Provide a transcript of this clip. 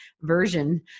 version